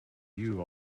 you